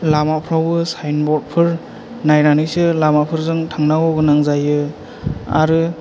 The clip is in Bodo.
लामाफ्रावबो साइन बर्द फोर नायनानैसो लामाफोरजों थांनांगौ गोनां जायो आरो